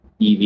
EV